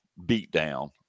beatdown